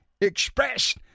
expressed